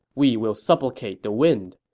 we will supplicate the wind,